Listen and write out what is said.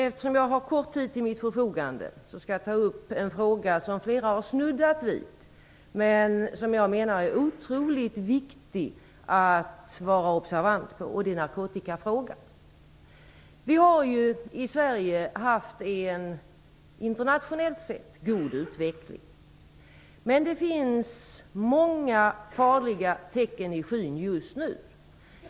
Eftersom jag har kort tid till mitt förfogande skall jag i stället ta upp en fråga som flera har snuddat vid men som jag menar är otroligt viktigt att vara observant på, och det är narkotikafrågan. Vi har internationellt sett haft en god utveckling i Sverige. Men det finns just nu många farliga tecken i skyn.